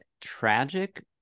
tragic